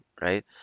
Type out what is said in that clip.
right